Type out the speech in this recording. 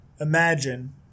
imagine